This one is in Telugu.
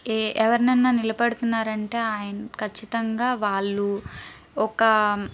ఏ ఎవర్నన్నా నిలబడుతున్నారంటే ఆయన ఖచ్చితంగా వాళ్ళు ఒక